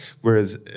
whereas